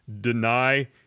deny